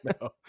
no